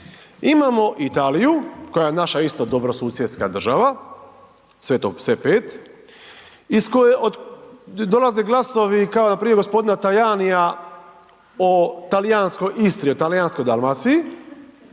imamo Italiju koja je naša isto dobrosusjedska država, sve to, sve 5, iz koje dolaze glasovi kao npr. g. Tajanija o Talijanskoj Istri, o Talijanskoj Dalmaciji,